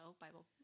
Bible